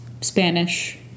Spanish